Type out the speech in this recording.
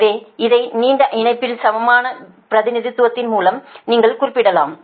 எனவே அதை நீண்ட இணைப்பின் சமமான பிரதிநிதித்துவதின் மூலம் நீங்கள் குறிப்பிடலாம்